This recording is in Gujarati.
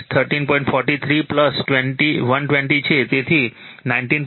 43 120 છે તેથી 19